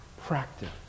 practice